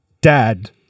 Dad